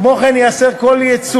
כמו כן ייאסרו כל ייצור,